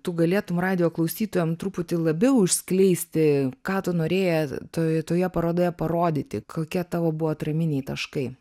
tu galėtum radijo klausytojam truputį labiau išskleisti ką tu norėjai toj toje parodoje parodyti kokie tavo buvo atraminiai taškai